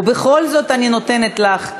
ובכל זאת אני נותנת לך להתייחס,